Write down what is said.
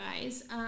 guys